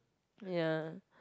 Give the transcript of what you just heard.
ya